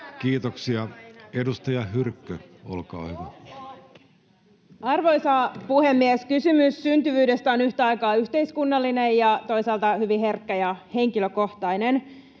Aittakumpu kesk) Time: 16:48 Content: Arvoisa puhemies! Kysymys syntyvyydestä on yhtä aikaa yhteiskunnallinen ja toisaalta hyvin herkkä ja henkilökohtainen.